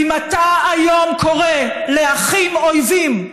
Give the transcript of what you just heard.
ואם אתה היום קורא לאחים אויבים,